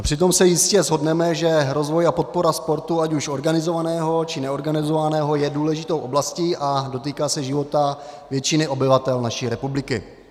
Přitom se jistě shodneme, že rozvoj a podpora sportu, ať už organizovaného, či neorganizovaného, je důležitou oblastí a dotýká se života většiny obyvatel naší republiky.